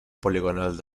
poligonal